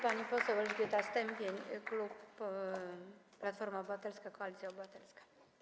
Pani poseł Elżbieta Stępień, klub Platforma Obywatelska - Koalicja Obywatelska.